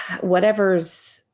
whatever's